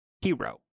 Hero